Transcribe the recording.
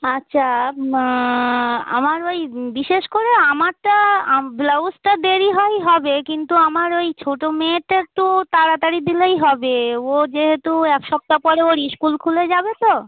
আচ্ছা আমার ওই বিশেষ করে আমারটা আম ব্লাউজটা দেরি হয় হবে কিন্তু আমার ওই ছোটো মেয়েরটা একটু তাড়াতাড়ি দিলেই হবে ও যেহেতু এক সপ্তাহ পরে ওর স্কুল খুলে যাবে তো